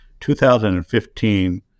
2015